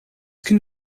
can